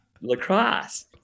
lacrosse